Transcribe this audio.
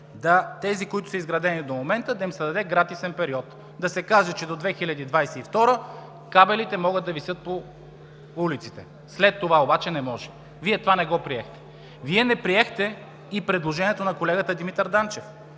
на тези, които са изградени до момента, да им се даде гратисен период, да им се каже, че до 2022 г. кабелите могат да висят по улиците. След това обаче не може. Вие това не го приехте. Вие не приехте и предложението на колегата Димитър Данчев,